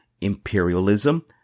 imperialism